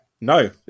No